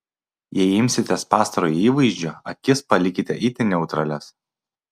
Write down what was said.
jei imsitės pastarojo įvaizdžio akis palikite itin neutralias